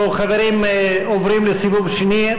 חברים, עוברים לסיבוב שני.